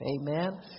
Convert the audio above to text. Amen